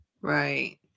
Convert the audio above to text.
Right